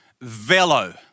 Velo